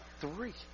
three